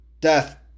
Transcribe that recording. death